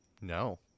No